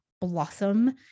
blossom